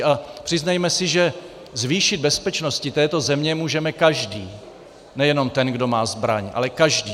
A přiznejme si, že zvýšit bezpečnost této země můžeme každý, nejenom ten, kdo má zbraň, ale každý.